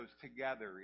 together